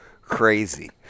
crazy